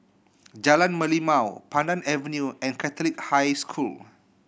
Jalan Merlimau Pandan Avenue and Catholic High School